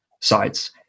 sites